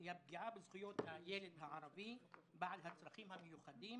היא הפגיעה בזכויות הילד הערבי בעל הצרכים המיוחדים